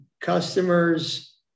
customers